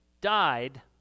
died